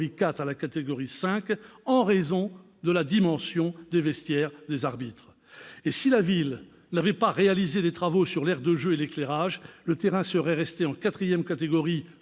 4 à la catégorie 5, en raison de la dimension des vestiaires des arbitres. Si la ville n'avait pas réalisé de travaux sur l'aire de jeu et l'éclairage, le terrain serait resté en catégorie